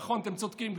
נכון, אתם צודקים.